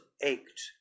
ached